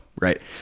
right